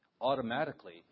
automatically